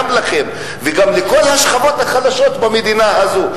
לכם וגם לכל השכבות החלשות במדינה הזו.